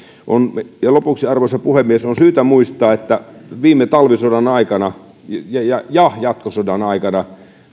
ja lopuksi arvoisa puhemies on syytä muistaa että viime talvisodan aikana ja ja jatkosodan aikana